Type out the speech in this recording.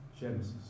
Genesis